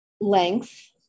length